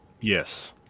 Yes